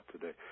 today